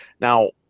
Now